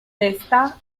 testa